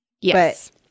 Yes